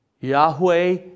Yahweh